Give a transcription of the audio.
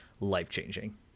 life-changing